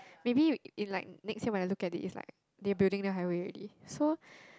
maybe in like next year when I look at it is like they building the highway already so